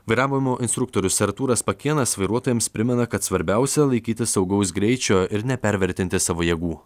vairavimo instruktorius artūras pakėnas vairuotojams primena kad svarbiausia laikytis saugaus greičio ir nepervertinti savo jėgų